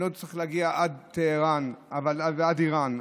אני לא צריך להגיע עד טהרן ועד איראן,